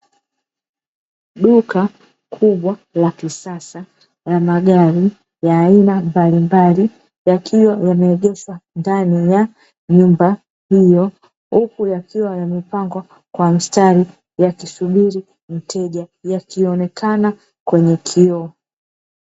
Duka kubwa la kisasa la magari ya aina mbalimbali, yakiwa yameegeshwa ndani ya nyumba hiyo uku yakiwa yamepangwa kwa mstari yakisubiri mteja yakionekana kwenye kioo